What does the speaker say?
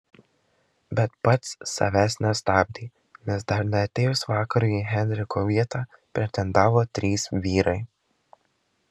bet pats savęs nestabdė nes dar neatėjus vakarui į henriko vietą pretendavo trys vyrai